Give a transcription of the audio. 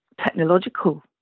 technological